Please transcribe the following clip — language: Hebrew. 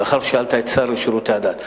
מאחר ששאלת את השר לשירותי הדת.